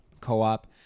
co-op